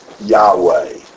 Yahweh